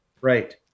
right